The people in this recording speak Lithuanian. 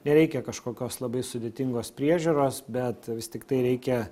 nereikia kažkokios labai sudėtingos priežiūros bet vis tiktai reikia